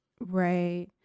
right